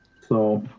so,